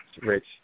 Rich